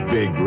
Big